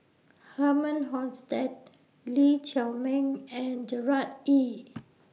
Herman Hochstadt Lee Chiaw Meng and Gerard Ee